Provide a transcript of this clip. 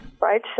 Right